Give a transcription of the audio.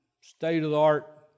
state-of-the-art